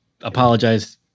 apologize